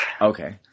Okay